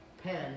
Pen